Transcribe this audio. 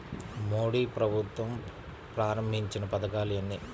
మోదీ ప్రభుత్వం ప్రారంభించిన పథకాలు ఎన్ని?